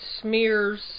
smears